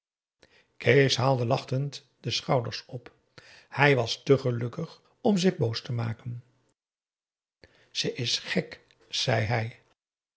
kees haalde lachend de schouders op hij was te gelukkig om zich boos te maken ze is gek zei hij